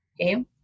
okay